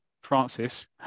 Francis